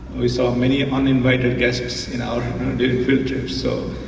we saw many uninvited guests in our pictures so,